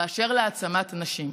אשר להעצמת נשים: